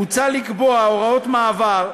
מוצע לקבוע הוראת מעבר,